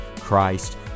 Christ